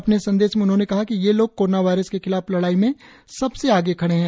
अपने संदेश में उन्होंने कहा कि ये लोग कोरोना वायरस के खिलाफ लडाई में सबसे आगे खडे हैं